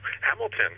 Hamilton